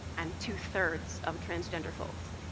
and two thirds of transgender folks.